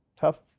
tough